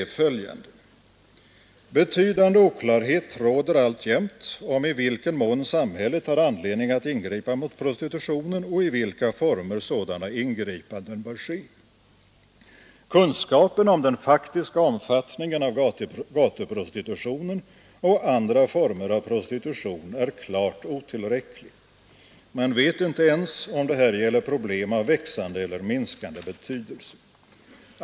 Vi skrev: ”Betydande oklarhet råder alltjämt om i vilken mån samhället har anledning att ingripa mot prostitutionen och i vilka former sådana ingripanden bör ske. Kunskapen om den faktiska omfattningen av gatuprostitutionen och andra former av prostitution är klart otillräcklig. Man vet inte ens om det här gäller problem av växande eller minskande betydelse.